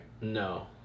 No